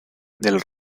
del